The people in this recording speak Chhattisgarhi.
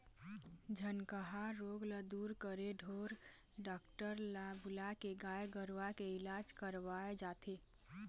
झनकहा रोग ल दूर करे ढोर डॉक्टर ल बुलाके गाय गरुवा के इलाज करवाय जाथे